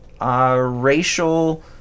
Racial